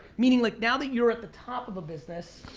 meaning like now that you're at the top of a business,